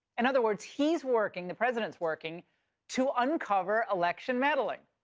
in other words, he is working the president is working to uncover election meddling.